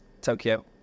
Tokyo